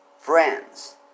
Friends